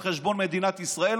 על חשבון מדינת ישראל,